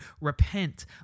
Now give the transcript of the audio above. Repent